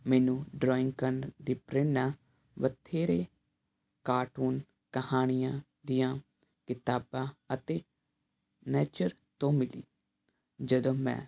ਮੈਨੂੰ ਡਰਾਇੰਗ ਕਰਨ ਦੀ ਪ੍ਰੇਰਨਾ ਬਥੇਰੇ ਕਾਰਟੂਨ ਕਹਾਣੀਆਂ ਦੀਆਂ ਕਿਤਾਬਾਂ ਅਤੇ ਨੇਚਰ ਤੋਂ ਮਿਲੀ ਜਦੋਂ ਮੈਂ